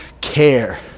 care